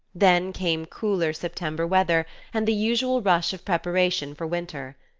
then came cooler september weather, and the usual rush of preparation for winter.